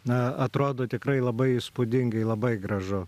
na atrodo tikrai labai įspūdingai labai gražu